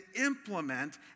implement